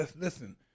Listen